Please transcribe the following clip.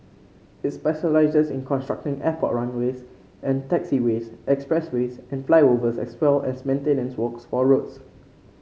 it specialises in constructing airport runways and taxiways expressways and flyovers as well as maintenance works for roads